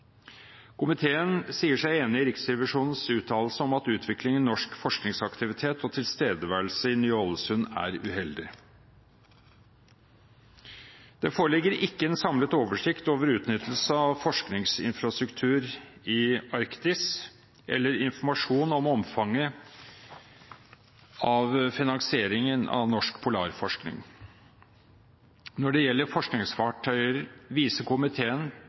Komiteen sier seg enig i Riksrevisjonens uttalelse om at utviklingen i norsk forskningsaktivitet og tilstedeværelse i Ny-Ålesund er uheldig. Det foreligger ikke en samlet oversikt over utnyttelse av forskningsinfrastruktur i Arktis eller informasjon om omfanget av finansieringen av norsk polarforskning. Når det gjelder forskningsfartøyer, viser komiteen